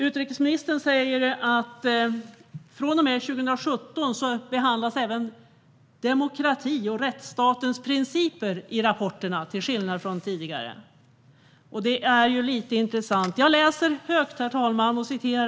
Utrikesministern säger att från och med 2017 behandlas även demokrati och rättsstatens principer i rapporterna - till skillnad från tidigare. Det är lite intressant. Herr talman!